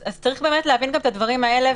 אז צריך להבין את הדברים האלה.